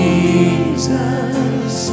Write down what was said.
Jesus